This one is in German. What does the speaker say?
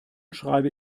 schreibe